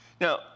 Now